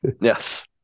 Yes